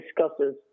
discusses